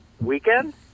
Weekend